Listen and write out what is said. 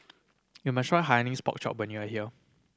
you must try Hainanese Pork Chop when you are here